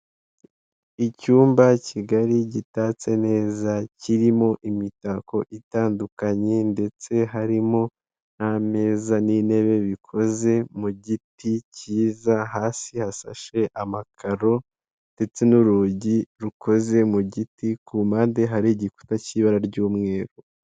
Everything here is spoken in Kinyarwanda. Icyumba kigari gitatse neza kirimo imitako itandukanye, ndetse harimo n'ameza n'intebe bikoze mu giti kiza, hasi hasashe amakaro ndetse n'urugi rukoze mu giti ku mpande hari igikuta cy'ibara ry'umweru.